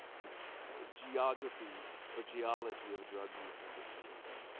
the the geography or geology of drug use under tourism.